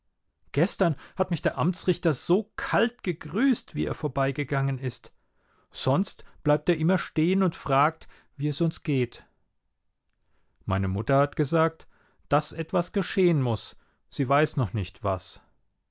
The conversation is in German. gestern hat mich der amtsrichter so kalt gegrüßt wie er vorbeigegangen ist sonst bleibt er immer stehen und fragt wie es uns geht meine mutter hat gesagt daß etwas geschehen muß sie weiß noch nicht was